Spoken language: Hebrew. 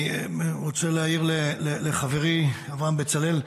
אני רוצה להעיר לחברי אברהם בצלאל.